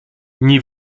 nie